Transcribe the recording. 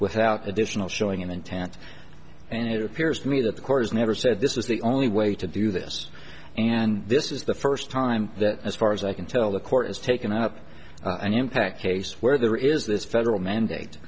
without additional showing intent and it appears to me that the court has never said this is the only way to do this and this is the first time that as far as i can tell the court has taken up an impact case where there is this federal mandate